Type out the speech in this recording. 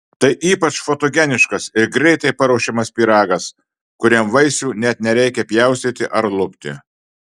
tai ypač fotogeniškas ir greitai paruošiamas pyragas kuriam vaisių net nereikia pjaustyti ar lupti